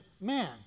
man